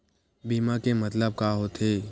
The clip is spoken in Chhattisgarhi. बीमा के मतलब का होथे?